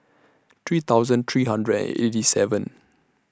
three thousand three hundred and eighty seven